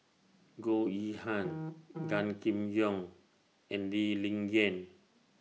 Goh Yihan Gan Kim Yong and Lee Ling Yen